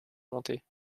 monter